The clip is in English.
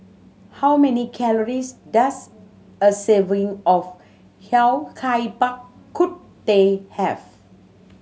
how many calories does a serving of Yao Cai Bak Kut Teh have